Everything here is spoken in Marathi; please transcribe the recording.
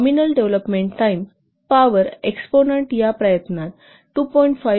nominal development time power exponent या एफोर्ट 2